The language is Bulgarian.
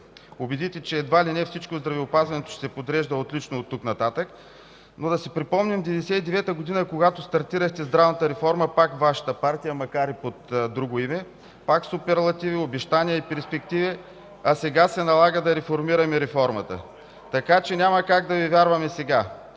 убедите, че едва ли не всичко в здравеопазването ще се подрежда отлично от тук нататък, но да си припомним 1999 г., когато стартирахте здравната реформа – пак Вашата партия, макар и под друго име, пак суперлативи, обещания и перспективи, а сега се налага да реформираме реформата, така че няма как да Ви вярваме сега